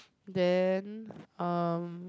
then um